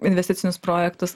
investicinius projektus